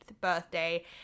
birthday